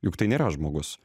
juk tai nėra žmogus